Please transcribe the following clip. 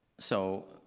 so,